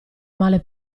male